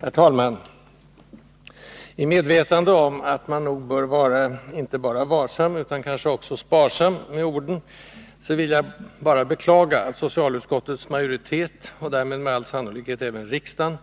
Herr talman! I medvetande om att man nog bör vara inte bara varsam utan kanske också sparsam med orden vill jag bara beklaga att socialutskottets majoritet, och därmed med all sannolikhet även riksdagen,